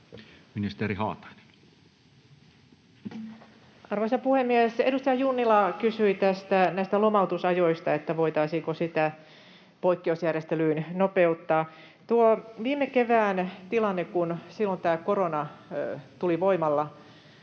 Ministeri Haatainen. Arvoisa puhemies! Edustaja Junnila kysyi näistä lomautusajoista, voitaisiinko niitä poikkeusjärjestelyin nopeuttaa. Kun korona tuli viime keväänä voimalla